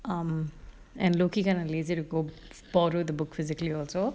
um and low key kind of lazy to go borrow the book physically also